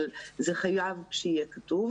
אבל זה חייב שיהיה כתוב,